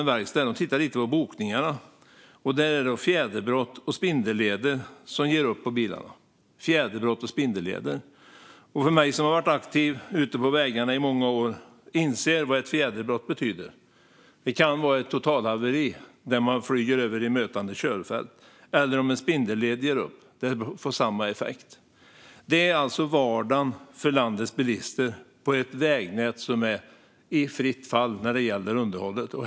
I verkstaden tittar de på bokningarna; det är fråga om fjäderbrott på bilarna och spindelleder som ger upp på bilarna. Jag som har varit aktiv ute på vägarna i många år inser vad ett fjäderbrott betyder. Det kan vara fråga om ett totalhaveri där man flyger över i mötande körfält. Om en spindelled ger upp blir det samma effekt. Det är alltså vardagen för landets bilister på ett vägnät som är i fritt fall när det gäller underhållet.